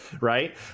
Right